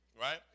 right